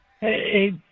Hey